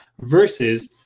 versus